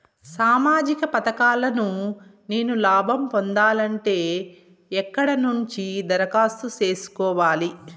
సామాజిక పథకాలను నేను లాభం పొందాలంటే ఎక్కడ నుంచి దరఖాస్తు సేసుకోవాలి?